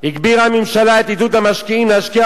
הגבירה הממשלה את עידוד המשקיעים להשקיע